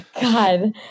God